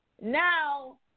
now